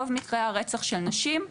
רוב מקרי הרצח של נשים,